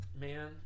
man